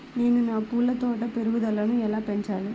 నేను నా పూల తోట పెరుగుదలను ఎలా పెంచాలి?